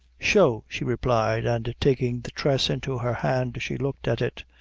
show, she replied, and taking the tress into her hand, she looked at it.